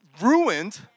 ruined